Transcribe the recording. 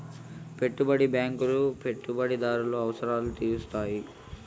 పెట్టుబడి బ్యాంకులు పెట్టుబడిదారుల అవసరాలు తీరుత్తాయి